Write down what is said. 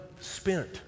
spent